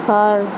ঘৰ